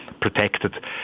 protected